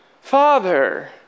father